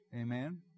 Amen